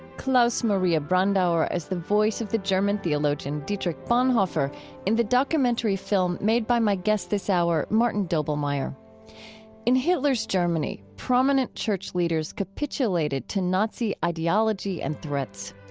klaus maria brandauer as the voice of the german theologian dietrich bonhoeffer in the documentary film made by my guest this hour, martin doblmeier in hitler's germany, prominent church leaders capitulated to nazi ideology and threats.